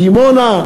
דימונה,